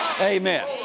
Amen